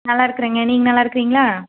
நல்லாருக்குறேங்க நீங்கள் நல்லாருக்குறீங்களா